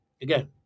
again